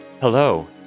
hello